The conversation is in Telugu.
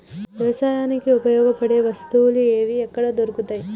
వ్యవసాయానికి ఉపయోగపడే వస్తువులు ఏవి ఎక్కడ దొరుకుతాయి?